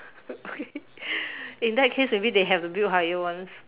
okay in that case maybe they have to build higher ones